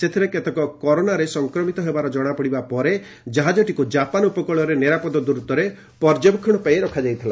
ସେଥିରେ କେତେକ କରୋନାରେ ସଂକ୍ରମିତ ହେବାର ଜଣାପଡ଼ିବା ପରେ ଜାହାଜଟିକୁ ଜାପାନ୍ ଉପକ୍ଳରେ ନିରାପଦ ଦୂରତ୍ୱରେ ପର୍ଯ୍ୟବେକ୍ଷଣ ପାଇଁ ରଖାଯାଇଥିଲା